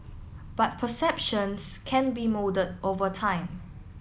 but perceptions can be moulded over time